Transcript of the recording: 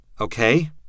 Okay